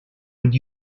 would